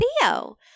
Theo